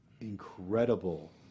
incredible